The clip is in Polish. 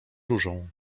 różą